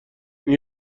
این